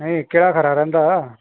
नेईं केह्ड़ा खरा रैंह्दा